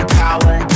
power